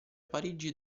parigi